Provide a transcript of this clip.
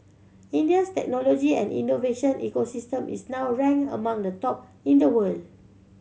India's technology and innovation ecosystem is now ranked amongst the top in the world